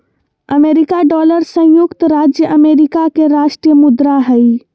America dollar संयुक्त राज्य America के राष्ट्रीय मुद्रा हइ